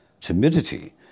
timidity